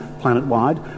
planet-wide